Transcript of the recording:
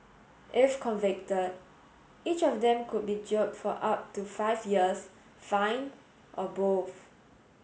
if convicted each of them could be jailed for up to five years fined or both